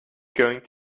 going